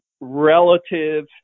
relative